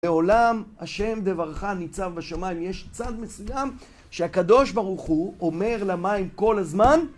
בעולם, השם דברך ניצב בשמיים. יש צד מסוים שהקדוש ברוך הוא אומר למים כל הזמן